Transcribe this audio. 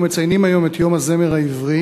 אנחנו מציינים היום את יום הזמר העברי.